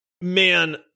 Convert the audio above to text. Man